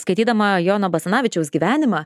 skaitydama jono basanavičiaus gyvenimą